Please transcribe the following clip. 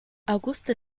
auguste